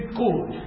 good